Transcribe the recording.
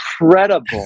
incredible